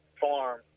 farm